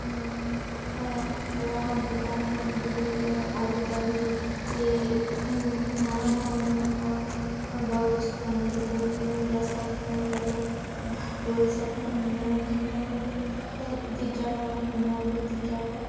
ধৰা হওক দোকান এখন দিবলৈকে আলু দালি এই নানা ধৰণৰ বয়বস্তু আনিবলৈ ৰাস্তা ঘাটৰ বাবে প্ৰয়োজন নানা ধৰণৰ বাবে দিগদাৰ হয় সোমোৱাবলৈ দিগদাৰ হয়